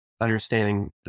understanding